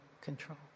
control